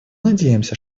надеемся